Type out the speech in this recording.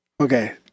Okay